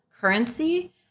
currency